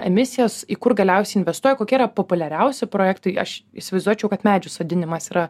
emisijas į kur galiausiai investuoja kokie yra populiariausi projektai aš įsivaizduočiau kad medžių sodinimas yra